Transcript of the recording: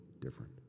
different